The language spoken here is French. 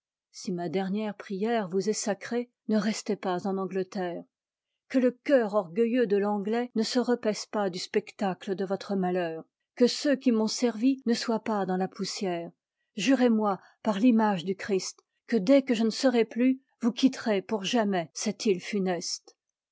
si ma dernière prière vous est sacrée ne restez pas en angleterre que le cœur orgueilleux de l'anglais ne se repaisse pas du spectacle de votre malheur que ceux qui m'ont servie ne soient pas dans la poussière jurez-moi par l'image du christ k qùe dès que je ne serai plus vous quitterez pour jamais cette île funeste